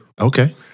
Okay